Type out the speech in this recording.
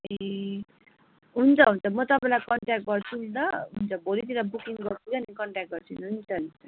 ए हुन्छ हुन्छ म तपाईँलाई कन्ट्याक्ट गर्छु नि ल हुन्छ भोलितिर बुकिङ गर्छु कि अन्त कन्ट्याक्ट गर्छु नि हुन्छ हुन्छ